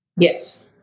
Yes